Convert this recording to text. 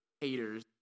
haters